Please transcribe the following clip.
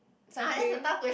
cycling